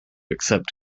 accept